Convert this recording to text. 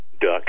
Duck